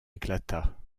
éclata